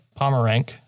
Pomerank